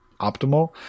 optimal